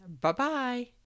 Bye-bye